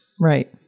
right